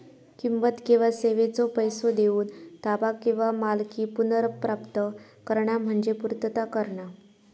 किंमत किंवा सेवेचो पैसो देऊन ताबा किंवा मालकी पुनर्प्राप्त करणा म्हणजे पूर्तता करणा